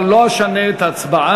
אבל לא אשנה את ההצבעה.